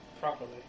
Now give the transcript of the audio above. properly